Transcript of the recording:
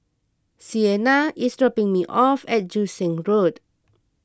Siena is dropping me off at Joo Seng Road